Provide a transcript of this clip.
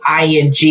ing